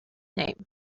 name